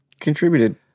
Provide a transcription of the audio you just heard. contributed